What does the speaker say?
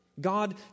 God